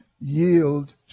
Yield